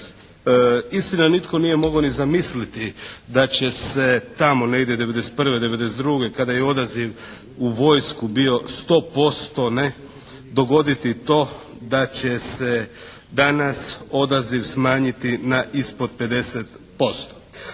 Istina nitko nije mogao ni zamisliti da će se tamo negdje '91., '92. kada je odaziv u vojsku bio 100% dogoditi to da će se danas odaziv smanjiti na ispod 50%.